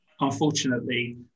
unfortunately